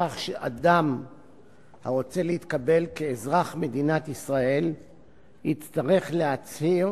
כך שאדם הרוצה להתקבל כאזרח מדינת ישראל יצטרך להצהיר